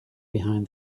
behind